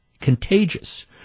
contagious